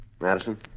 Madison